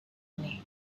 ini